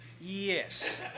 Yes